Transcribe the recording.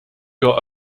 your